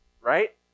Right